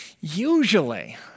Usually